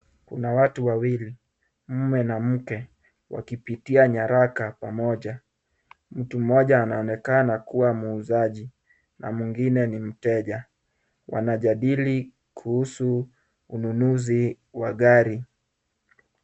Kuna watu wawili, mume na mke, wakipitia nyaraka pamoja. Mtu mmoja anaonekana kuwa muuzaji na mwingine ni mteja. Wanajadili kuhusu ununuzi wa gari.